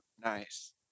Nice